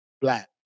black